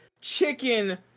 chicken